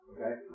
Okay